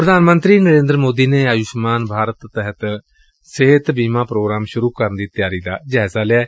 ਪ੍ਰਧਾਨ ਮੰਤਰੀ ਨਰੇਂਦਰ ਮੋਦੀ ਨੇ ਆਯੂਸ਼ਮਾਨ ਭਾਰਤ ਤਹਿਤ ਸਿਹਤ ਬੀਮਾ ਪ੍ਰੋਗਰਾਮ ਸੁਰੂ ਕਰਨ ਦੀ ਤਿਆਰੀ ਦਾ ਜਾਇਜ਼ਾ ਲਿਆ